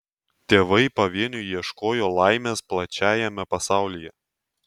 tėvai pavieniui ieškojo laimės plačiajame pasaulyje